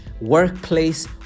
workplace